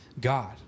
God